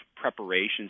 preparations